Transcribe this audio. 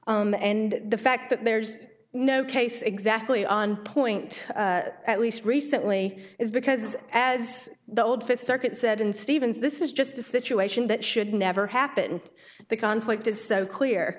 and the fact that there's no case exactly on point at least recently is because as the old fifth circuit said and stevens this is just a situation that should never happen the conflict is so clear